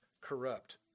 corrupt